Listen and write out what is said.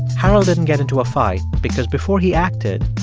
harold didn't get into a fight because before he acted,